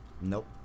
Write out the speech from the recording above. Nope